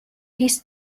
his